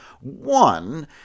One